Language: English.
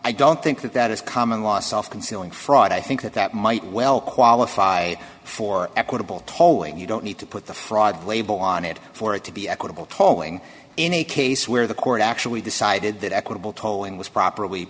i don't think that that is common law self concealing fraud i think that might well qualify for equitable towing you don't need to put the fraud label on it for it to be equitable towing in a case where the court actually decided that equitable tolling was properly